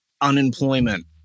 unemployment